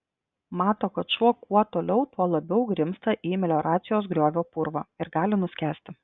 mato kad šuo kuo toliau tuo labiau grimzta į melioracijos griovio purvą ir gali nuskęsti